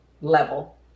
level